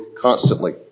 constantly